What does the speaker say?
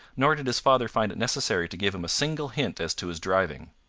nor did his father find it necessary to give him a single hint as to his driving.